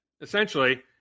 essentially